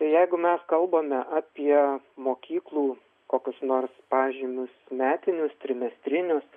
jeigu mes kalbame apie mokyklų kokius nors pažymius metinius trimestrinius